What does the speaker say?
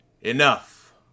Enough